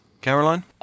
Caroline